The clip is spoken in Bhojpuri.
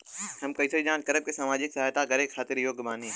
हम कइसे जांच करब की सामाजिक सहायता करे खातिर योग्य बानी?